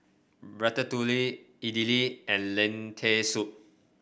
Ratatouille Idili and Lentil Soup